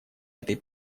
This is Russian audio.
этой